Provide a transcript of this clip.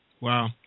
Wow